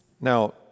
Now